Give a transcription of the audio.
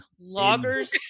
Loggers